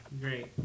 Great